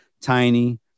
tiny